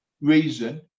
reason